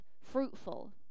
fruitful